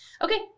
Okay